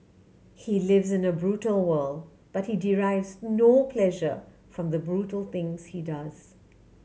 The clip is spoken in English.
he lives in a brutal world but he derives no pleasure from the brutal things he does